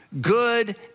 good